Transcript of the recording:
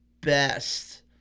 best